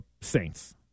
Saints